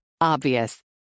Obvious